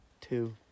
two